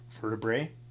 vertebrae